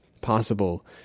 possible